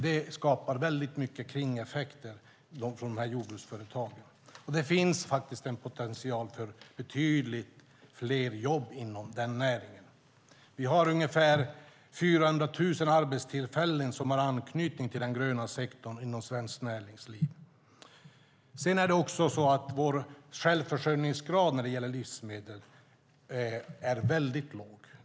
Det skapar väldigt mycket kringeffekter runt jordbruksföretagen. Det finns också en potential för betydligt fler jobb inom näringen. Vi har ungefär 400 000 arbetstillfällen som har anknytning till den gröna sektorn inom svenskt näringsliv. Sedan är det också så att vår självförsörjningsgrad när det gäller livsmedel är väldigt låg.